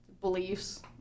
beliefs